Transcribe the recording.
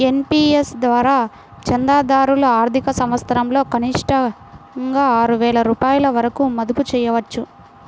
NPS ద్వారా చందాదారులు ఆర్థిక సంవత్సరంలో కనిష్టంగా ఆరు వేల రూపాయల వరకు మదుపు చేయవచ్చు